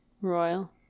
royal